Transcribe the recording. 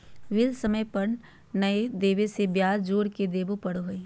bill समय पर नयय देबे से ब्याज जोर के देबे पड़ो हइ